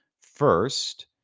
First